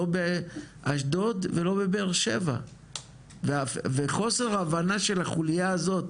לא באשדוד ולא בבאר שבע וחוסר ההבנה של החוליה הזאת